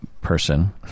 person